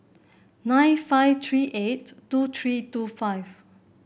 nine five three eight two three two five